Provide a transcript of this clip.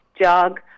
jog